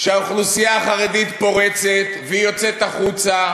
שהאוכלוסייה החרדית פורצת והיא יוצאת החוצה,